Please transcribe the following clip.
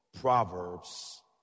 Proverbs